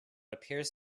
appears